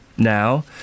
now